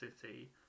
City